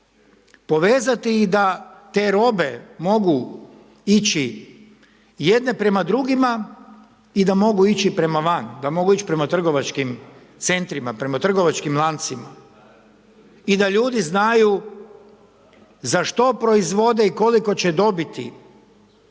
Povezati da te robe mogu ići jedne prema drugima i da mogu ići prema van, da mogu ići prema trgovačkim centrima, prema trgovačkim lancima i da ljudi znaju za što proizvode i koliko će dobiti